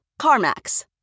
CarMax